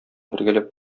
бергәләп